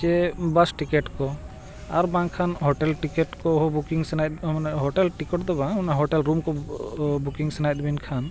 ᱥᱮ bus ticket ᱠᱚ ᱟᱨ ᱵᱟᱝᱠᱷᱟᱱ ᱦᱳᱴᱮᱞ ᱴᱤᱠᱮᱴ ᱠᱚᱦᱚᱸ ᱵᱩᱠᱤᱝ ᱥᱟᱱᱟᱭᱮᱫ ᱢᱟᱱᱮ ᱦᱳᱴᱮᱞ ᱴᱤᱠᱮᱴ ᱫᱚ ᱵᱟᱝ ᱚᱱᱟ ᱦᱳᱴᱮᱞ ᱨᱩᱢ ᱠᱚ ᱵᱩᱠᱤᱝ ᱥᱟᱱᱟᱭᱮᱫ ᱵᱮᱱ ᱠᱷᱟᱱ